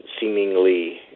seemingly